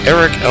Eric